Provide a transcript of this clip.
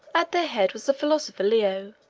at their head was the philosopher leo,